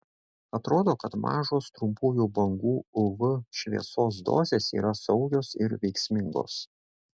atrodo kad mažos trumpųjų bangų uv šviesos dozės yra saugios ir veiksmingos